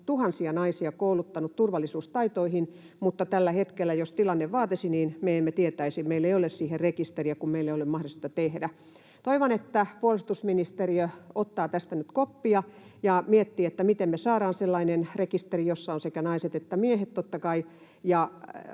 tuhansia naisia kouluttanut turvallisuustaitoihin, mutta tällä hetkellä, jos tilanne vaatisi, me emme tietäisi, meillä ei ole siihen rekisteriä, kun meillä ei ole mahdollisuutta sitä tehdä. Toivon, että puolustusministeriö ottaa tästä nyt koppia ja miettii, miten me saadaan sellainen rekisteri, jossa ovat sekä naiset että miehet totta kai,